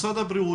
משרד הבריאות,